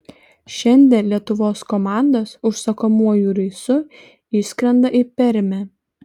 šiandien lietuvos komandos užsakomuoju reisu išskrenda į permę